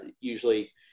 usually